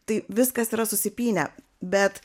tai viskas yra susipynę bet